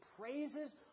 praises